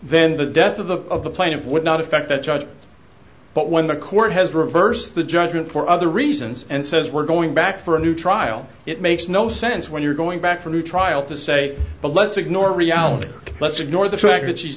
then the death of the plaintiff would not affect the judge but when the court has reversed the judgment for other reasons and says we're going back for a new trial it makes no sense when you're going back for a new trial to say well let's ignore reality let's ignore the fact that she's